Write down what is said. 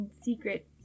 Secret